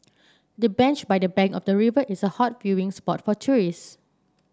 the bench by the bank of the river is a hot viewing spot for tourist